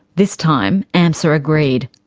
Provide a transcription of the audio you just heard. this time, amsa agreed.